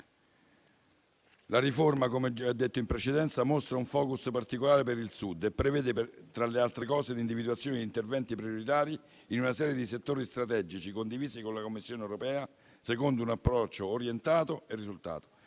La riforma - come già detto in precedenza - mostra un *focus* particolare per il Sud e prevede, tra le altre cose, l'individuazione di interventi prioritari in una serie di settori strategici condivisi con la Commissione europea, secondo un approccio orientato al risultato.